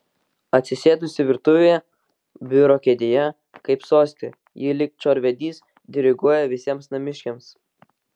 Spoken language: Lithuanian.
atsisėdusi virtuvėje biuro kėdėje kaip soste ji lyg chorvedys diriguoja visiems namiškiams